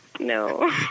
No